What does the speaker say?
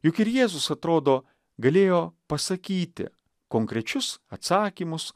juk ir jėzus atrodo galėjo pasakyti konkrečius atsakymus